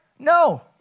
No